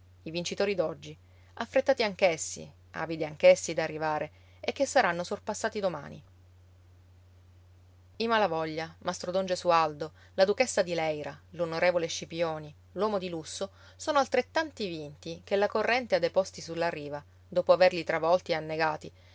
i vincitori d'oggi affrettati anch'essi avidi anch'essi d'arrivare e che saranno sorpassati domani i malavoglia mastro don gesualdo la duchessa de leyra l'onorevole scipioni l'uomo di lusso sono altrettanti vinti che la corrente ha deposti sulla riva dopo averli travolti e annegati